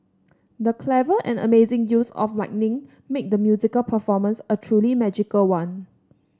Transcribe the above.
the clever and amazing use of lighting made the musical performance a truly magical one